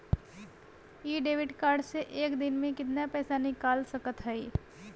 इ debit card से एक दिन मे कितना पैसा निकाल सकत हई?